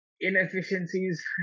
inefficiencies